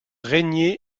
rénier